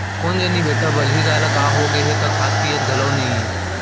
कोन जनी बेटा बलही गाय ल का होगे हे त खात पियत घलौ नइये